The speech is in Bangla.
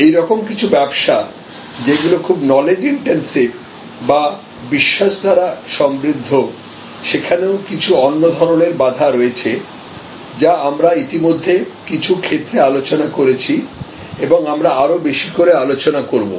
এই রকম কিছু ব্যবসা যেগুলি খুব নলেজ ইনটেনসিভ বা বিশ্বাস দ্বারা সমৃদ্ধ সেখানেও কিছু অন্য ধরনের বাধা রয়েছে যা আমরা ইতিমধ্যে কিছু ক্ষেত্রে আলোচনা করেছি এবং আমরা আরও বেশি করে আলোচনা করব